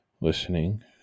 listening